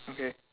okay